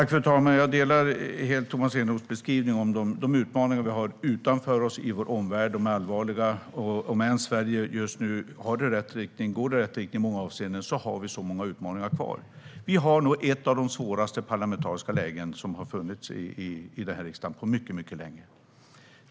Fru talman! Jag instämmer helt i Tomas Eneroths beskrivning av de utmaningar vi har utanför Sverige, i vår omvärld. De är allvarliga. Även om Sverige just nu går i rätt riktning i många avseenden har vi många utmaningar kvar. Vi har nog ett av de svåraste parlamentariska lägen som funnits i den här riksdagen på mycket länge.